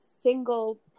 single